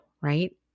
right